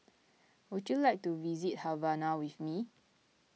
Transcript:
would you like to visit Havana with me